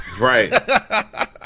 Right